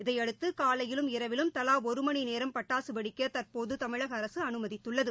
இதைபடுத்து காலையிலும் இரவிலும் தவா ஒரு மணி நேரம் பட்டாசு வெடிக்க தற்போது தமிழக அரசு அனுமதித்துள்ளது